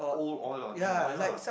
old oil or new oil lah